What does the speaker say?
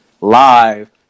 live